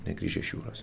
negrįžę iš jūros